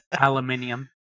Aluminium